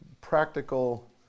practical